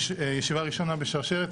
זו ישיבה ראשונה בשרשרת,